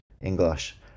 English